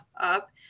up